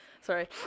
Sorry